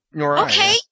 okay